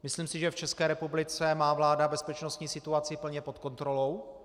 Myslím si, že v České republice má vláda bezpečnostní situaci plně pod kontrolou.